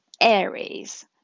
aries